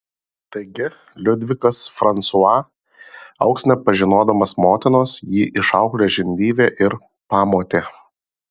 taigi liudvikas fransua augs nepažinodamas motinos jį išauklės žindyvė ir pamotė